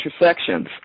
intersections